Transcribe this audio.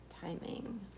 timing